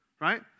Right